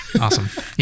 awesome